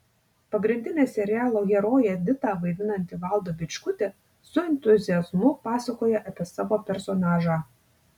pagrindinę serialo heroję editą vaidinanti valda bičkutė su entuziazmu pasakoja apie savo personažą